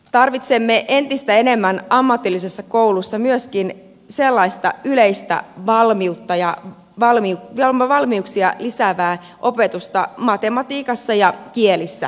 tarvitsemme entistä enemmän ammatillisessa koulussa myöskin sellaista yleistä valmiutta ja valmiuksia lisäävää opetusta matematiikassa ja kielissä etenkin